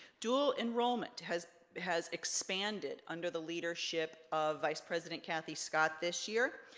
dual enrollment has has expanded under the leadership of vice president kathy scott this year,